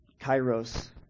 kairos